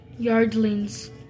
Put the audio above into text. yardling's